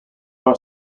are